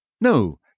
No